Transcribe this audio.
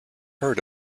heard